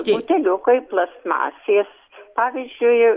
buteliukai plastmasės pavyzdžiui